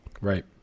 Right